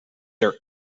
their